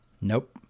Nope